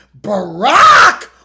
barack